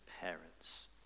parents